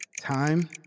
Time